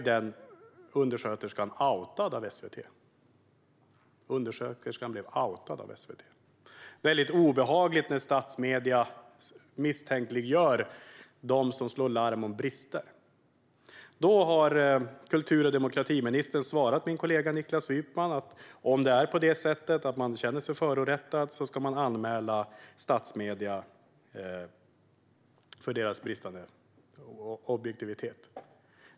Den undersköterskan blev outad av SVT. Det är väldigt obehagligt när statsmedier misstänkliggör dem som slår larm om brister. Kultur och demokratiministern har svarat min kollega Niklas Wykman att om man känner sig förorättad ska man anmäla statsmedierna för deras bristande objektivitet.